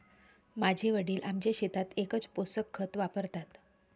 माझे वडील आमच्या शेतात एकच पोषक खत वापरतात